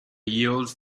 yields